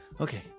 okay